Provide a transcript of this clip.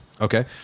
Okay